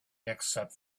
except